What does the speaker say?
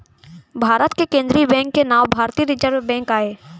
भारत के केंद्रीय बेंक के नांव भारतीय रिजर्व बेंक आय